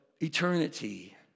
eternity